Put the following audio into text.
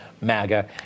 MAGA